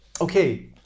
okay